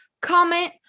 Comment